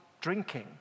drinking